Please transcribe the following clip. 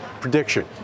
prediction